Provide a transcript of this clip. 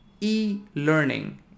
e-learning